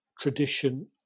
tradition